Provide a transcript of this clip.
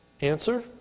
Answer